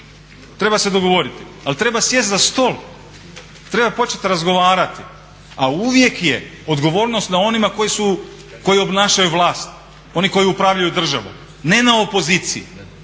Treba se dogovoriti. Ali treba sjesti za stol, treba početi razgovarati. A uvijek je odgovornost na onima koji su, koji obnašaju vlast, oni koji upravljaju državom, ne na opoziciji.